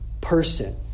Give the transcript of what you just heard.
person